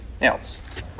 else